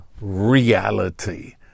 reality